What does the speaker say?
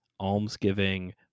almsgiving